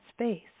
space